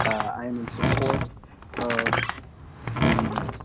i am in support of the